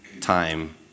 time